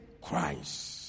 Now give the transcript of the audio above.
Christ